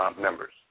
members